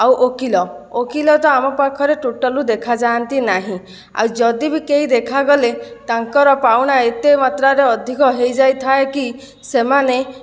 ଆଉ ଓକିଲ ଓକିଲ ତ ଆମ ପାଖରେ ଟୋଟାଲି ଦେଖାଯାଆନ୍ତି ନାହିଁ ଆଉ ଯଦି ବି କେହି ଦେଖାଗଲେ ତାଙ୍କର ପାଉଣା ଏତେ ମାତ୍ରାରେ ଅଧିକ ହୋଇଯାଇଥାଏ କି ସେମାନେ